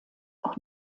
auch